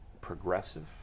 Progressive